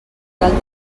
cal